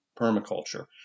permaculture